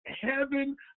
heaven